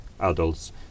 adults